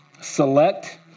select